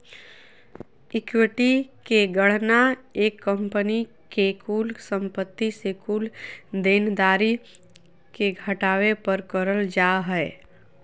equity के गणना एक कंपनी के कुल संपत्ति से कुल देनदारी के घटावे पर करल जा हय